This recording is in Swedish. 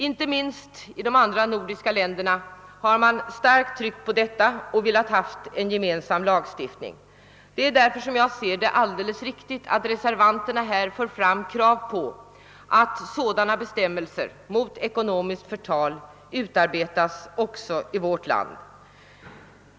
Inte minst i de andra nordiska länderna har man starkt tryckt på frågan om ekonomiskt förtal och velat ha en gemensam lagstiftning. Det är därför som jag anser det vara alldeles riktigt att reservanterna här för fram krav på att bestämmelser mot ekonomiskt förtal nu utarbetas också i vårt land.